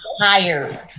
tired